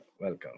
welcome